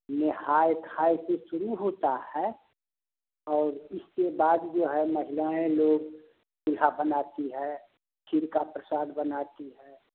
निहायक खाए पी शुरू होता है और उसके बाद जो है माहिलाएँ लोग बनाती है खीर का प्रसाद बनाती हैं